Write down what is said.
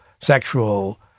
sexual